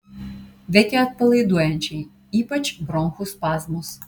veikia atpalaiduojančiai ypač bronchų spazmus